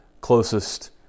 closest